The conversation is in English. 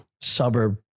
Suburb